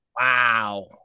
Wow